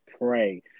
pray